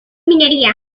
minería